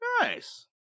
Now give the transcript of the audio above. Nice